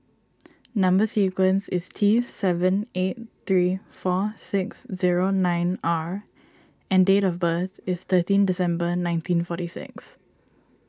Number Sequence is T seven eight three four six zero nine R and date of birth is thirteen December nineteen forty six